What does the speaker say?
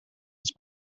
its